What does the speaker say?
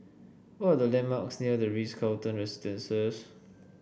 what are the landmarks near the Ritz Carlton Residences